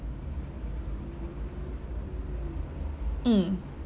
mm